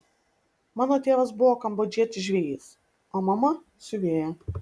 mano tėvas buvo kambodžietis žvejys o mama siuvėja